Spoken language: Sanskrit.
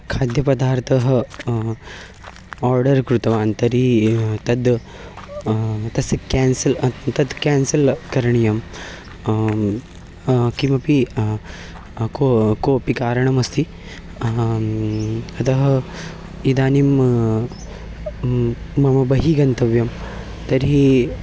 खाद्यपदार्थम् आर्डर् कृतवान् तर्हि तद् तस्य केन्सल् तत् केन्सल् करणीयं किमपि कः किमपि कारणमस्ति अतः इदानीं मया मया बहिः गन्तव्यं तर्हि